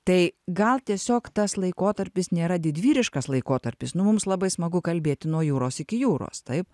tai gal tiesiog tas laikotarpis nėra didvyriškas laikotarpis nu mums labai smagu kalbėti nuo jūros iki jūros taip